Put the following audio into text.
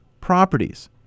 properties